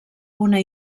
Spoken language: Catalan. una